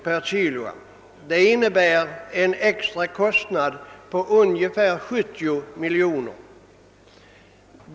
per kilo, innebärande en extra kostnad på ungefär 70 miljoner kronor.